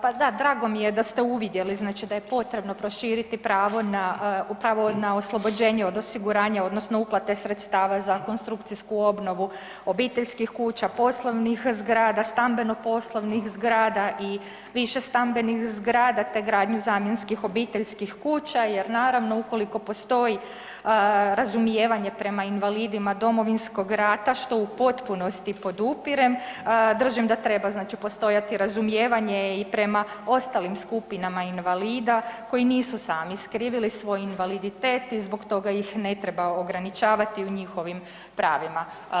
Pa da, drago mi je da ste uvidjeli, znači da je potrebno proširiti pravo na, pravo na oslobođenje od osiguranja odnosno uplate sredstava za konstrukcijsku obnovu obiteljskih kuća, poslovnih zgrada, stambeno-poslovnih zgrada i višestambenih zgrada, te gradnju zamjenskih obiteljskih kuća jer naravno ukoliko postoji razumijevanje prema invalidima Domovinskog rata, što u potpunosti podupirem, držim da treba, znači postojati razumijevanje i prema ostalim skupinama invalida koji nisu sami skrivili svoj invaliditet i zbog toga ih ne treba ograničavati u njihovim pravima.